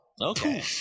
Okay